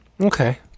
Okay